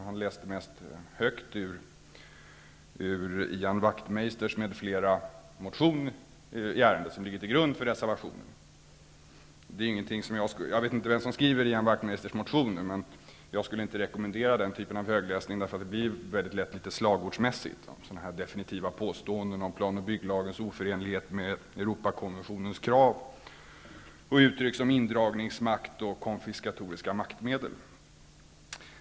Han läste mest högt ur Ian Wachtmeisters m.fl. motion i ärendet som ligger till grund för reservationen. Jag vet inte vem som skriver Ian Wachtmeisters motioner, men jag skulle inte rekommendera den typen av högläsning, eftersom sådana definitiva påståenden om planoch bygglagens oförenlighet med Europakonventionens krav lätt blir litet slagordsmässiga, med uttryck som indragningsmakt och konfiskatoriska maktmedel.